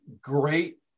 great